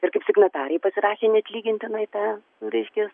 ir kaip signatarai pasirašė neatlygintinai tą reiškia